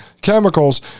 chemicals